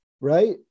right